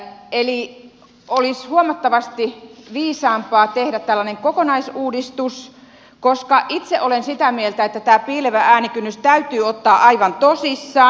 eli olisi huomattavasti viisaampaa tehdä tällainen kokonaisuudistus koska itse olen sitä mieltä että tämä piilevä äänikynnys täytyy ottaa aivan tosissaan